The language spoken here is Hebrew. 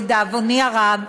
לדאבוני הרב,